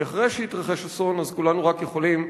כי אחרי שיתרחש אסון כולנו רק יכולים